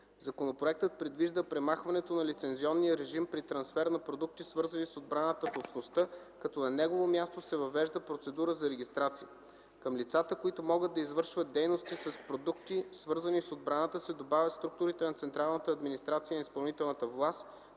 Законопроектът предвижда премахването на лицензионния режим при трансфер на продукти, свързани с отбраната в Общността, като на негово място се въвежда процедура за регистрация. Към лицата, които могат да извършват дейности с продукти, свързани с отбраната, се добавят структурите на централната администрация и изпълнителната власт,